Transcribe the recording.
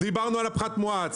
דיברנו על פחת מואץ,